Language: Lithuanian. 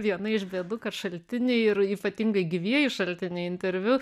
viena iš bėdų kad šaltiniai ir ypatingai gyvieji šaltiniai interviu